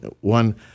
one